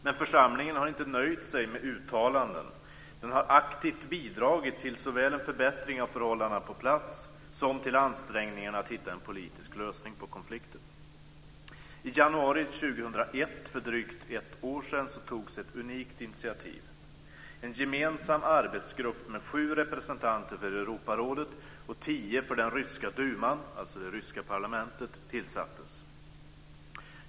Men församlingen har inte nöjt sig med uttalanden. Den har aktivt bidragit till såväl en förbättring av förhållandena på plats som till ansträngningarna att hitta en politisk lösning på konflikten. I januari 2001, för drygt ett år sedan, togs ett unikt initiativ. En gemensam arbetsgrupp med sju representanter för Europarådet och tio för den ryska duman, alltså det ryska parlamentet, tillsattes.